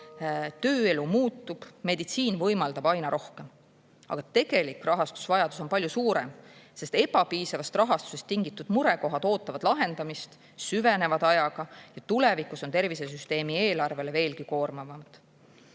tööelu muutub, meditsiin võimaldab aina rohkem. Aga tegelik rahastusvajadus on palju suurem, sest ebapiisavast rahastusest tingitud murekohad ootavad lahendamist, süvenevad ajaga ja tulevikus on tervisesüsteemi eelarvele veelgi koormavamad.